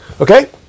okay